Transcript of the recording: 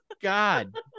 god